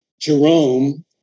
Jerome